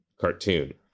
cartoon